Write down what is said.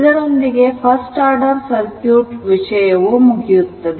ಇದರೊಂದಿಗೆ first order circuit ವಿಷಯವು ಮುಗಿಯುತ್ತದೆ